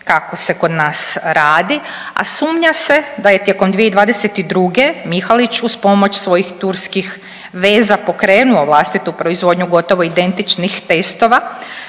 kako se kod nas radi, a sumnja se da je tijekom 2022. Mihalić uz pomoć svojih turskih veza pokrenuo vlastitu proizvodnju gotovo identičnih testova